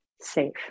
safe